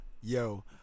Yo